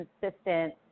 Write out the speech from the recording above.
consistent